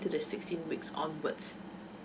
to the sixteenth weeks onwards